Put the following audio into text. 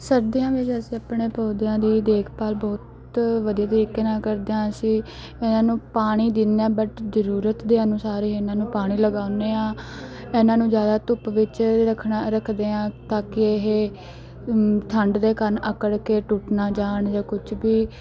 ਸਰਦੀਆਂ ਵਿੱਚ ਆਪਣੇ ਪੌਦਿਆਂ ਦੀ ਦੇਖਭਾਲ ਬਹੁਤ ਵਧੀਆ ਤਰੀਕੇ ਨਾਲ ਕਰਦੇ ਹਾਂ ਅਸੀਂ ਇਹਨਾਂ ਨੂੰ ਪਾਣੀ ਦਿੰਦੇ ਹਾਂ ਬਟ ਜ਼ਰੂਰਤ ਦੇ ਅਨੁਸਾਰ ਹੀ ਇਹਨਾਂ ਨੂੰ ਪਾਣੀ ਲਗਾਉਦੇ ਹਾਂ ਇਹਨਾਂ ਨੂੰ ਜ਼ਿਆਦਾ ਧੁੱਪ ਵਿੱਚ ਰੱਖਣਾ ਰੱਖਦੇ ਹਾਂ ਤਾਂ ਕਿ ਇਹ ਠੰਡ ਦੇ ਕਾਰਨ ਅਕੜ ਕੇ ਟੁੱਟ ਨਾ ਜਾਣ ਜਾਂ ਕੁਝ ਵੀ